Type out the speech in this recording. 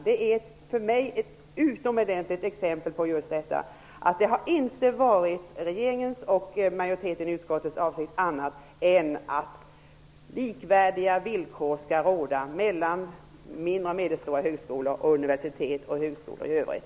Det är för mig ett utomordentligt exempel på just detta att det inte har varit avsikten hos regeringen eller majoriteten i utskottet annat än att likvärdiga villkor skall råda mellan mindre och medelstora högskolor och universitet och högskolor i övrigt.